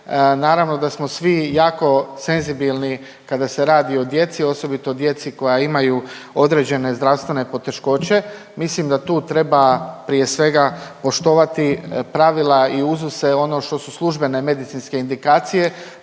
naravno da svi jako senzibilni kada se radi o djeci, osobito o djeci koja imaju određene zdravstvene poteškoće, mislim da tu treba prije svega, poštovati pravila i uzuse ono što su službene medicinske indikacije.